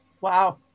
Wow